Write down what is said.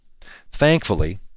Thankfully